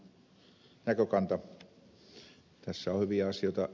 tässä on hyviä asioita